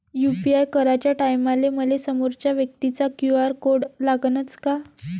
UPI कराच्या टायमाले मले समोरच्या व्यक्तीचा क्यू.आर कोड लागनच का?